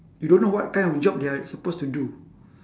you don't know what kind of job they are supposed to do